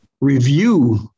review